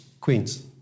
Queens